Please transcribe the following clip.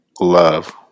Love